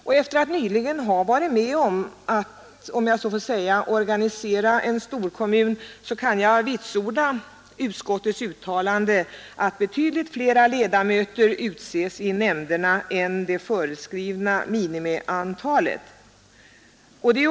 Och efter att nyligen ha varit med om att organisera en storkommun — om jag så får säga — kan jag vitsorda utskottets uttalande att ofta betydligt flera ledamöter utses i nämnderna för specialreglerad förvaltning än det föreskrivna minimian talet.